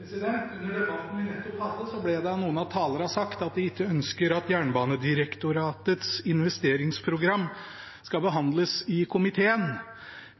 President! Jeg stemte feil. Da tar vi voteringen på nytt, så vi er sikker på at det blir riktig. Under debatten vi nettopp hadde, ble det av noen av talerne sagt at de ikke ønsker at Jernbanedirektoratets investeringsprogram skal behandles i komiteen.